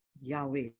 Yahweh